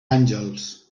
àngels